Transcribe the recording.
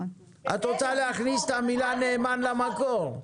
את רוצה להכניס את המילה נאמן למקור.